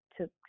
took